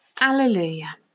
Alleluia